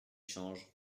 changent